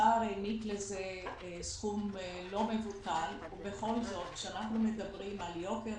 שהאוצר העניק לזה סכום לא מבוטל אבל בכל זאת כאשר אנחנו מדברים על יוקר